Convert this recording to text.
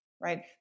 right